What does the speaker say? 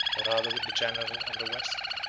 or rather with the general of the west.